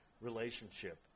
relationship